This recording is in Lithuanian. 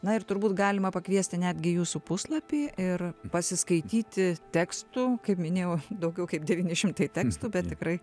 na ir turbūt galima pakviesti netgi jūsų puslapį ir pasiskaityti tekstų kaip minėjau daugiau kaip devyni šimtai tekstų bet tikrai